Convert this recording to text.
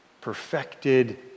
perfected